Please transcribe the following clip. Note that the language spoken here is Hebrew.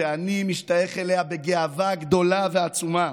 שאני משתייך אליה בגאווה גדולה ועצומה,